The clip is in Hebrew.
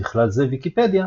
ובכלל זה ויקיפדיה,